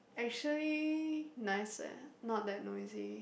actually nice leh not that noisy